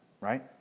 right